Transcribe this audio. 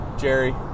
Jerry